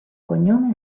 cognome